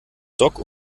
dock